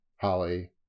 Holly